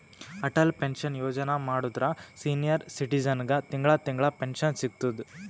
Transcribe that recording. Atal pension Yojana ಮಾಡುದ್ರ senior ಸಿಟಿಜನ್ಗ ತಿಂಗಳಾ ತಿಂಗಳಾ ಪೆನ್ಶನ್ ಸಿಗ್ತುದ್